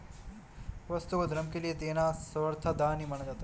वस्तुओं को धर्म के लिये देना सर्वथा दान ही माना जाता है